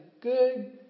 good